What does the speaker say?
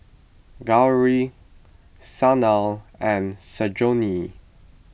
Gauri Sanal and